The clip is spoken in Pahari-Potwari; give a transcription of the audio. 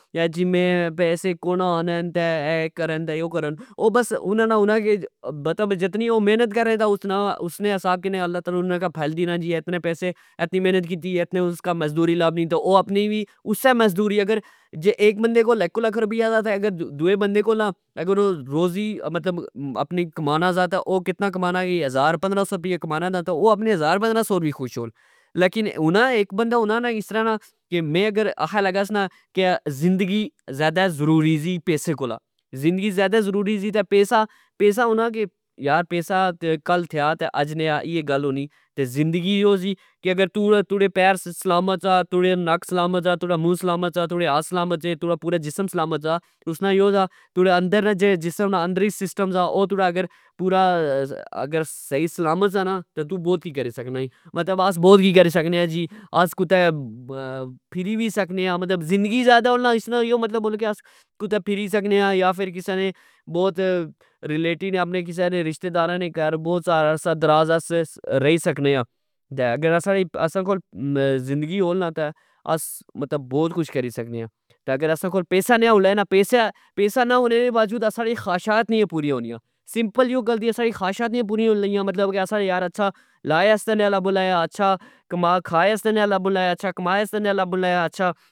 یاجی میں پیسے کونا آنے تہ میں ،اہہ کرن تہ او کرن او بس انا نا اے ہونا کہ او جتنی مخنت کرنے اس حساب نال اللہ انا کی پھل دینا جی ۔اتنے پیسے اتنی مخنت کیتی اتنی مذدوری لبنی اسہ مذدوری اگر جے ایک بندے کول ایک کول ایک لکھ رپیا دا تہ اگر دوئے بندے کول نا روضی مطلب اپنی کمانا سا تہ او کتنا کمانا کہ ہزار پندرہ سو کمانا نا او اپنے ہزار پندرہ سو اپر وی خوش ہون ۔لیکن ہونا اک بندا ہونا اس طرع نا کہ میں اگر آکھن لگا نا زندگی ذئدہ ضروری سی پیسے کولہ زندگی زئدہ ضروری سی تہ پیسا ،پیسا ہونا کہ یار پیسا کل تھیا تہ اج نئی ٍاییہ گل ہونی تہ زندگی او سی کہ توڑے پیر سلامت سا توڑے نک سلامت سا ،توڑے مو سلامت سا ،توڑے ہتح سلامت سے، توڑا پورا جسم سلامت سا اسنا یو سا توڑا اندا نا جیڑا سسٹم سا او تڑا اگر پورا صحی سلامت سا نا ،تہ بوت کج کری سکنا اے مطلب آس بوت کج کری سکنے آ جی آس کتھہ پھری وی سکنے آمطلب زندگی زئدہ اولہ اچھنا مطلب آس کتھہ پھری سکنے آ یا فر کسہ نے بوٹ ریلیٹی نے اپنے کسہ رشتہدارہ نے کر بوت عاصہ دراذ واستہ رئی سکنے آ۔ اگر اسا کول زندگی ہول نا تہ آس بوت کج کری سکنے آتہ اگر اسا کول پیسا نئے ہون لا نا ،پیسا نہ ہون لے باؤجود ساڑیان خوائشات نی پوریا ہون لگیا سمپل یو گل دی ساڑیاں خوائشات نی پوری ہون لگیا اسا اچھا لائے واستہ نی لبن لگا، اچھا کھائے واستہ نئے لبن لگا، اچھا کمائے آستہ نے لبن لگا